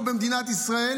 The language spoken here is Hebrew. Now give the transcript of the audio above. במדינת ישראל,